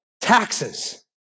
taxes